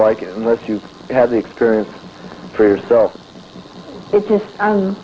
like it unless you have the experience for yourself it's just